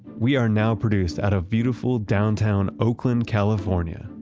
we are now produced out of beautiful downtown oakland, california.